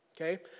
Okay